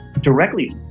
directly